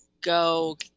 go